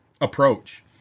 approach